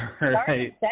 right